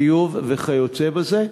ביוב וכיוצא בזה?